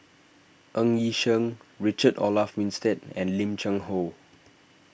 Ng Yi Sheng Richard Olaf Winstedt and Lim Cheng Hoe